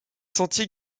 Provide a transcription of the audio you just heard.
sentiers